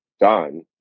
done